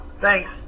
Thanks